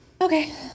Okay